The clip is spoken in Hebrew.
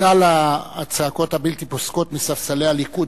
בגלל הצעקות הבלתי פוסקת מספסלי הליכוד,